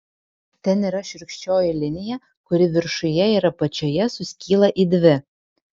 ten yra šiurkščioji linija kuri viršuje ir apačioje suskyla į dvi